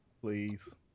please